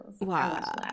wow